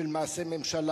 ועדת הכנסת למלחמה בסמים.